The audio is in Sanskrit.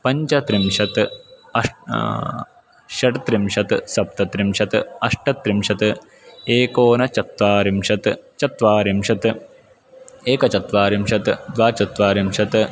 पञ्चत्रिंशत् अष् षड्त्रिंशत् सप्तत्रिंशत् अष्टत्रिंशत् एकोनचत्वारिंशत् चत्वारिंशत् एकचत्वारिंशत् द्वाचत्वारिंशत्